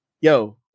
yo